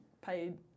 paid